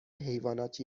حیوانات